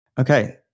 Okay